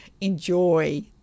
enjoy